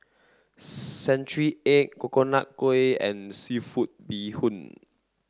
Century Egg Coconut Kuih and seafood bee hoon